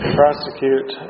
prosecute